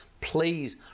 please